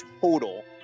total